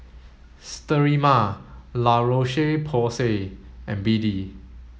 Sterimar La Roche Porsay and B D